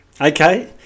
Okay